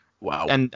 Wow